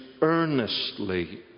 earnestly